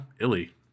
Illy